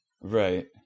Right